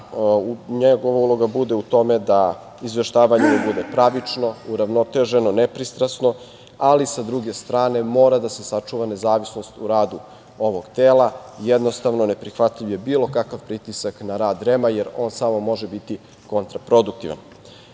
njegova uloga bude u tome da mu izveštavanje bude pravično, uravnoteženo, nepristrasno. Ali, sa druge strane, mora da se sačuva nezavisnost u radu ovog tela. Jednostavno, neprihvatljiv je bilo kakav pritisak na rad REM-a, jer on samo može biti kontraproduktivan.Za